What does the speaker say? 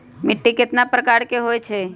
मिट्टी कतना प्रकार के होवैछे?